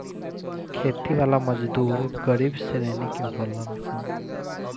खेती वाला मजदूर गरीब श्रेणी के होलन सन